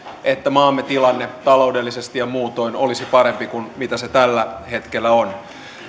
että maamme tilanne taloudellisesti ja muutoin olisi parempi kuin mitä se tällä hetkellä on